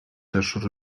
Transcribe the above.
też